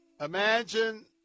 Imagine